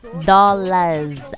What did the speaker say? dollars